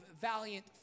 valiant